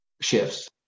shifts